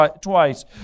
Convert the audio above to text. twice